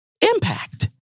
Impact